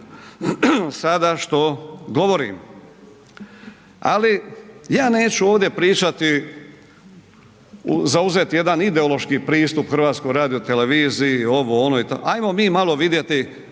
sada što govorim, ali ja neću ovdje pričati, zauzeti jedan ideološki pristup HRT-u, ovo, ono ajmo mi malo vidjeti